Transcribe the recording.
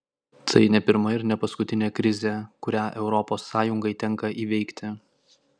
tai ne pirma ir ne paskutinė krizė kurią europos sąjungai tenka įveikti